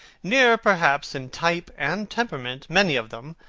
nearer perhaps in type and temperament, many of them,